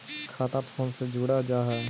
खाता फोन से भी खुल जाहै?